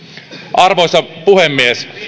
arvoisa puhemies